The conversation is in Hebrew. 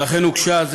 ולכן הוגשה,